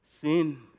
sin